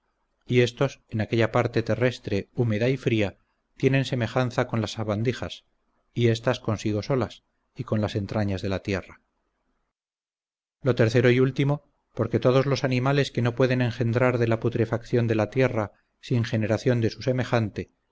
y estos en aquella parte terrestre húmeda y fría tienen semejanza con las sabandijas y estas consigo solas y con las entrañas de la tierra lo tercero y último porque todos los animales que no pueden engendrar de la putrefacción de la tierra sin generación de su semejante